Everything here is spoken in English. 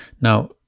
Now